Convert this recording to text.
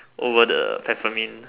over the Peppermint